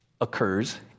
occurs